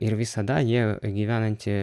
ir visada jie gyvenanti